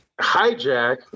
hijack